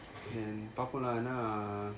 and பாப்போம்ல என்ன:paapomla enna